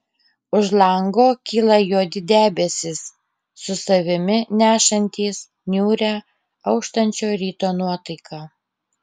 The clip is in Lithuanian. už lango kyla juodi debesys su savimi nešantys niūrią auštančio ryto nuotaiką